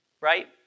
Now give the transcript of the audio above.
right